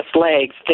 legs